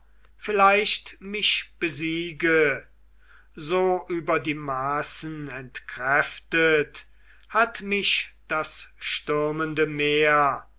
vielleicht mich besiege so über die maßen entkräftet hat mich das stürmende meer